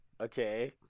Okay